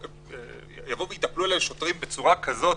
יבואו ויתנפלו על ילדה בצורה כזאת.